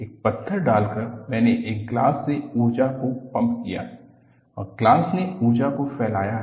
एक पत्थर डालकर मैंने इस ग्लास मे ऊर्जा को पंप किया है और ग्लास ने ऊर्जा को फैलाया है